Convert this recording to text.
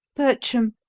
bertram,